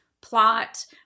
plot